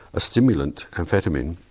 a stimulant amphetamine.